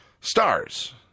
Stars